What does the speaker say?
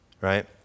right